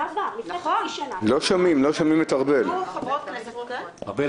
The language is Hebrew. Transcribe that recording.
בעבר, לפני חצי שנה, באו חברות כנסת --- יש